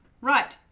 Right